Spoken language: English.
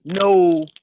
No